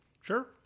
Sure